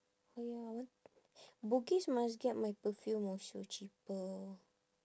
!aiya! I want bugis must get my perfume also cheaper